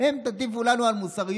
אתם תטיפו לנו על מוסריות?